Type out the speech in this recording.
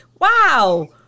Wow